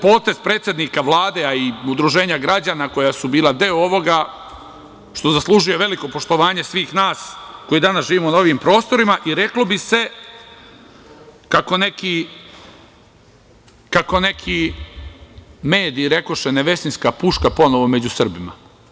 Potez predsednika Vlade, a i udruženja građana koja su bila deo ovoga, što zaslužuje veliko poštovanje svih nas koji danas živimo na ovim prostorima, i reklo bi se kako neki mediji rekoše - Nevesinjska puška ponovo među Srbima.